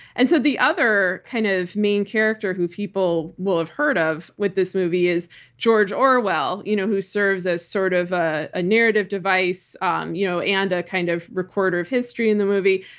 and so the other kind of main character who people will have heard of with this movie is george orwell, you know who serves as sort of ah a narrative device um you know and a kind of recorder of history in the movie.